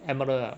emerald ah